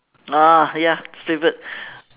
ah ya it's favorite